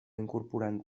incorporant